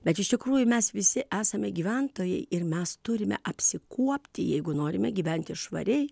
bet iš tikrųjų mes visi esame gyventojai ir mes turime apsikuopti jeigu norime gyventi švariai